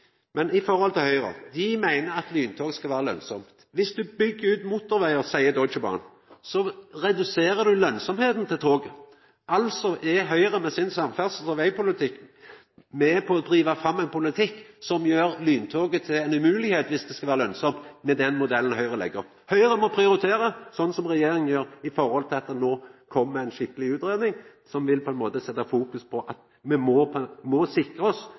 Høgre meiner at lyntog skal vera lønnsamt. Dersom ein byggjer ut motorvegar, seier Deutsche Bahn, reduserer ein lønnsemda til toget. Altså er Høgre med sin samferdsels- og vegpolitikk med på å driva fram ein politikk som gjer lyntoget til ei umoglegheit dersom det skal vera lønnsamt, med den modellen Høgre legg opp til. Høgre må prioritera slik som regjeringa gjer, og koma med ei skikkeleg utgreiing som på ein måte vil setja fokus på at me må sikra oss